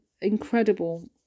incredible